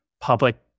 public